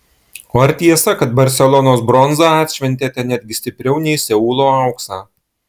o ar tiesa kad barselonos bronzą atšventėte netgi stipriau nei seulo auksą